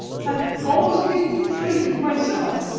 hath almost made me traitor to myself